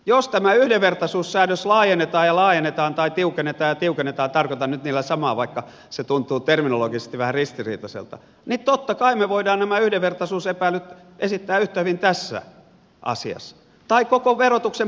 jos tämä yhdenvertaisuussäädös laajennetaan ja laajennetaan tai tiukennetaan ja tiukennetaan tarkoitan nyt niillä samaa vaikka se tuntuu terminologisesti vähän ristiriitaiselta niin totta kai me voimme nämä yhdenvertaisuusepäilyt esittää yhtä hyvin tässä asiassa tai koko verotuksen progressiossa